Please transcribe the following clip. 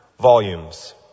volumes